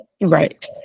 right